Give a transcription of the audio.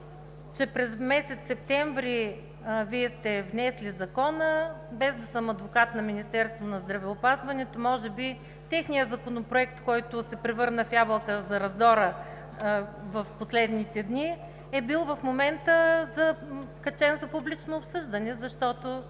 Че през месец септември Вие сте внесли Законопроекта – без да съм адвокат на Министерството на здравеопазването, може би техният законопроект, който се превърна в ябълка на раздора в последните дни, в момента е бил качен за публично обсъждане, защото